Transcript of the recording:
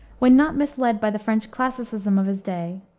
when not misled by the french classicism of his day,